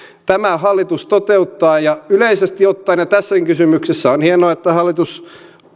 tämän hallitus toteuttaa yleisesti ottaen ja tässäkin kysymyksessä on hienoa että hallitus